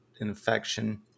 infection